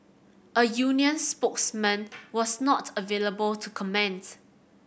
a union spokesman was not available to comment